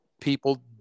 people